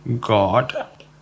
God